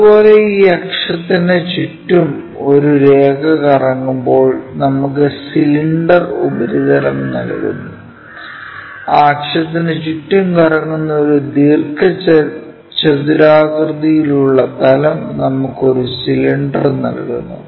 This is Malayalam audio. അതുപോലെ ഈ അക്ഷത്തിന് ചുറ്റും ഒരു രേഖ കറങ്ങുമ്പോൾ നമുക്ക് സിലിണ്ടർ ഉപരിതലം നൽകുന്നു ആ അക്ഷത്തിന് ചുറ്റും കറങ്ങുന്ന ഒരു ദീർഘചതുരാകൃതിയിലുള്ള തലം നമുക്ക് ഒരു സിലിണ്ടർ നൽകുന്നു